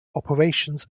operations